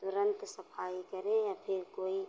तुरंत सफाई करें या फिर कोई